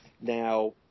Now